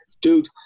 dude